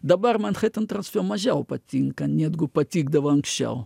dabar manhattan transfer mažiau patinka nedgu patikdavo anksčiau